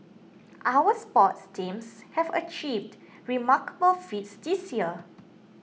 our sports teams have achieved remarkable feats this year